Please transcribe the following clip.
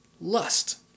lust